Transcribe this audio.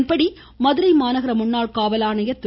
இதன்படி மதுரை மாநகர முன்னாள் காவல் ஆணையர் திரு